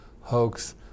hoax